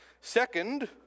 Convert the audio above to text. Second